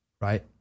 right